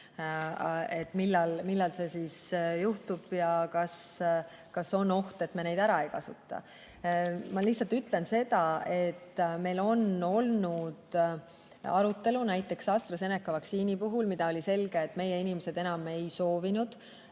millal see juhtub ja kas on oht, et me neid ära ei kasuta. Ma lihtsalt ütlen seda, et meil on olnud arutelu, näiteks AstraZeneca vaktsiini puhul, kui oli selge, et meie inimesed [seda] enam ei soovinud,